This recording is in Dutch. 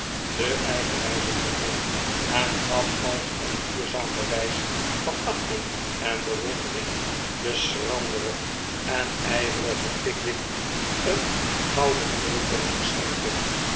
royeerde den eigenwijzen blotton en gaf als een duurzaam bewijs van achting en bewondering den schranderen en ijverigen pickwick een de pickwick club gouden bril ten geschenke